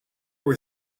were